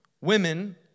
women